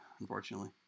unfortunately